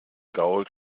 gaul